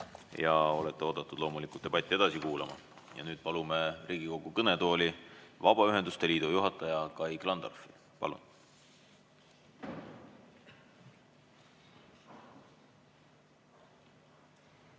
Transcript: Olete oodatud loomulikult debatti edasi kuulama. Nüüd palume Riigikogu kõnetooli Vabaühenduste Liidu juhataja Kai Klandorfi. Palun!